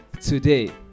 today